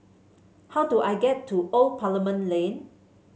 how do I get to Old Parliament Lane